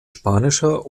spanischer